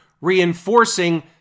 reinforcing